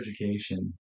education